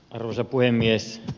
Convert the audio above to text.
arvoisa puhemies